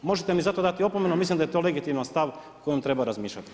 Možete mi za to dati i opomenu, mislim da je to legitiman stav o kojem treba razmišljati.